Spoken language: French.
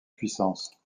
puissance